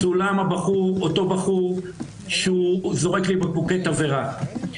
מצולם אותו בחור שהוא זורק לי בקבוקי תבערה.